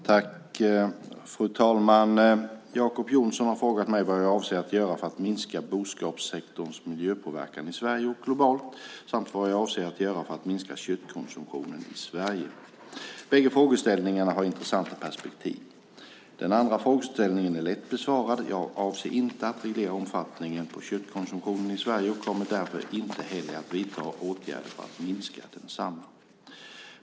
Fru talman! Jacob Johnson har frågat mig vad jag avser att göra för att minska boskapssektorns miljöpåverkan i Sverige och globalt samt vad jag avser att göra för att minska köttkonsumtionen i Sverige. Bägge frågeställningarna har intressanta perspektiv. Den andra frågeställningen är lätt besvarad: Jag avser inte att reglera omfattningen på köttkonsumtionen i Sverige och kommer därför inte heller att vidta åtgärder för att minska densamma.